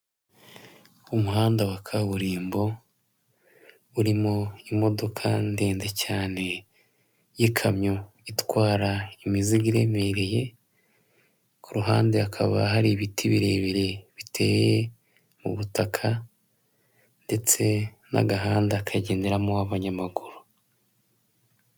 Umuhanda wa kaburimbo urimo imodoka ndende cyane y'ikamyo itwara imizigo iremereye, ku ruhande hakaba hari ibiti birebire biteye mu butaka, ndetse n'agahanda kagederamo abanyamaguru.